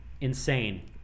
Insane